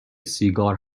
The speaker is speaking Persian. سیگار